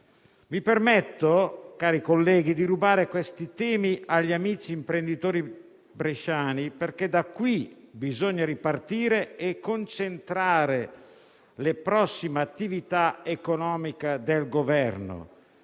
mi permetto di rubare questi temi agli amici imprenditori bresciani, perché da qui bisogna ripartire e concentrare la prossima attività economica del Governo.